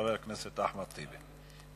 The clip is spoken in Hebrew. חבר הכנסת אחמד טיבי.